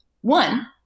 One